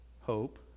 Hope